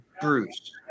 Bruce